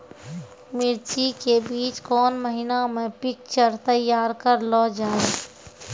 मिर्ची के बीज कौन महीना मे पिक्चर तैयार करऽ लो जा?